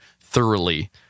thoroughly